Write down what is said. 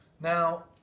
Now